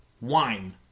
wine